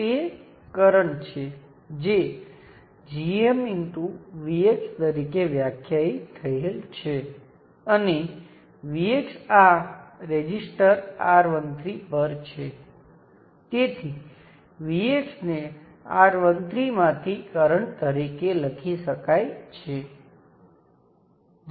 તેથી મને યાદ છે કે મેં આ રીતે સર્કિટ સાથે જોડાયેલા ઘટક E સાથે શરૂઆત કરી હતી અને તે આવું જ છે કારણ કે વોલ્ટેજ સ્ત્રોત શ્રેણીમાં છે તે શોર્ટ સર્કિટ છે અને તે આનાં જેવું જ છે